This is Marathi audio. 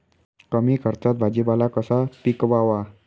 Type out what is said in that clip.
कमी खर्चात भाजीपाला कसा पिकवावा?